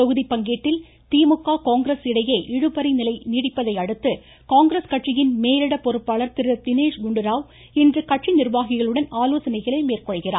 தொகுதி பங்கீடில் திமுக காங்கிரஸ் இடையே இழுபறி நிலை நீடிப்பதையடுத்து காங்கிரஸ் கட்சியின் மேலிடப் பொறுப்பாளர் திரு தினேஷ்குண்டுராவ் இன்று கட்சி நிர்வாகிகளுடன் ஆலோசனைகளை மேற்கொள்கிறார்